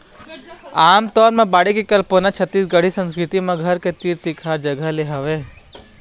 आमतौर म बाड़ी के कल्पना छत्तीसगढ़ी संस्कृति म घर के तीर तिखार जगा ले हवय